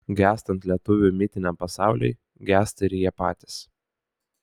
gęstant lietuvių mitiniam pasauliui gęsta ir jie patys